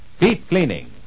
deep-cleaning